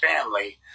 family